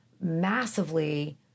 massively